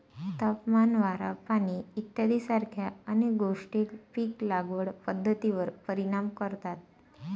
तापमान, वारा, पाणी इत्यादीसारख्या अनेक गोष्टी पीक लागवड पद्धतीवर परिणाम करतात